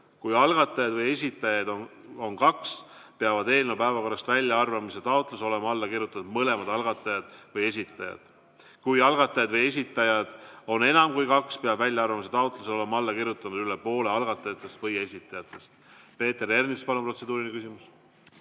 Kui algatajaid või esitajaid on kaks, peavad eelnõu päevakorrast väljaarvamise taotlusele olema alla kirjutanud mõlemad algatajad või esitajad. Kui algatajaid või esitajaid on enam kui kaks, peab väljaarvamise taotlusele olema alla kirjutanud üle poole algatajatest või esitajatest. Peeter Ernits, palun, protseduuriline küsimus!